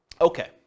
Okay